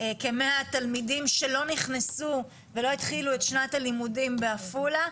כ-100 תלמידים שלא נכנסו ולא התחילו את שנת הלימודים בעפולה,